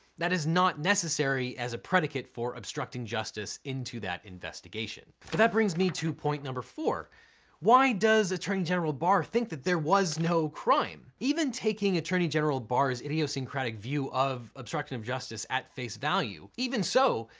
that is not necessary as a predicate for obstructing justice into that investigation. but that brings me to point number four why does attorney general barr think that there was no crime? even taking attorney general barr's idiosyncratic view of obstruction of justice at face value, even so,